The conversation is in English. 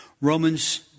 Romans